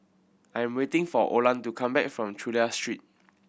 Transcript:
I'm waiting for Olan to come back from Chulia Street